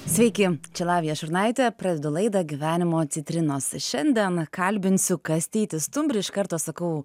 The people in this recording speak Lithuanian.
sveiki čia lavija šurnaitė pradedu laidą gyvenimo citrinos šiandien kalbinsiu kastytį stumbrį iš karto sakau